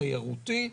התיירותי,